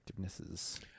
effectivenesses